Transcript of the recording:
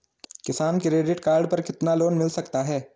किसान credit card पर कितना लोंन मिल सकता है?